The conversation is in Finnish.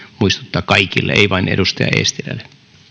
muistuttaa kaikille ei vain edustaja eestilälle